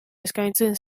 eskaintzen